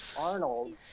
Arnold